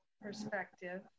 perspective